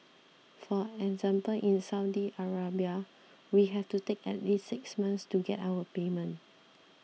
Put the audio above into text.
for example in Saudi Arabia we have to take at least six months to get our payment